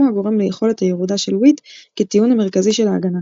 הגורם ליכולת הירודה של וויט כטיעון המרכזי של ההגנה.